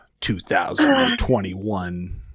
2021